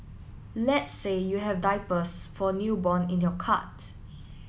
let's say you have diapers for newborn in your cart